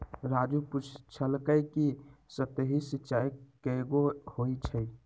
राजू पूछलकई कि सतही सिंचाई कैगो होई छई